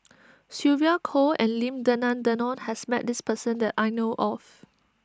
Sylvia Kho and Lim Denan Denon has met this person that I know of